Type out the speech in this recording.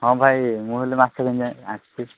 ହଁ ଭାଇ ମୁଁ ହେଲେ ମାଛ ଆସିଛି